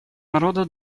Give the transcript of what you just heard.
народа